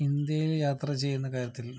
ഇന്ത്യയിൽ യാത്ര ചെയ്യുന്ന കാര്യത്തിൽ